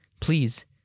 Please